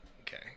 Okay